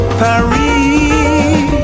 Paris